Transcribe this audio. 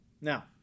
Now